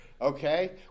okay